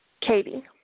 Katie